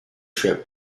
trip